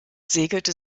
segelte